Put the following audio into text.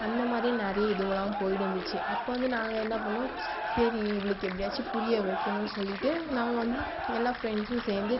அந்த மாதிரி நிறைய இதுவெலா போய்ருந்துச்சு அப்போ வந்து நாங்கள் என்ன பண்ணிணோம் சரி இவளுக்கு எப்டியாச்சு புரிய வைக்கணும்னு சொல்லிட்டு நாங்கள் வந்து எல்லா ப்ரண்ட்ஸும் சேர்ந்து